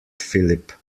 philip